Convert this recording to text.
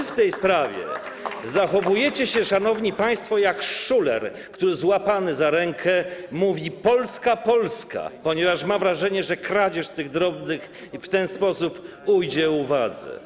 A wy w tej sprawie zachowujecie się, szanowni państwo, jak szuler, który złapany za rękę mówi: Polska, Polska, ponieważ ma wrażenie, że kradzież tych drobnych w ten sposób ujdzie uwadze.